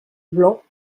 blancs